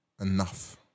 enough